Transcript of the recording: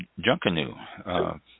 Junkanoo